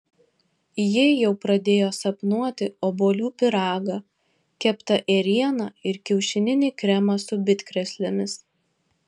ji jau pradėjo sapnuoti obuolių pyragą keptą ėrieną ir kiaušininį kremą su bitkrėslėmis